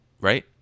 right